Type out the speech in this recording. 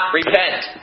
repent